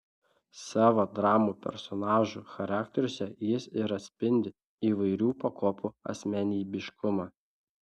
savo dramų personažų charakteriuose jis ir atspindi įvairių pakopų asmenybiškumą